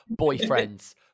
boyfriends